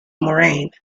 moraine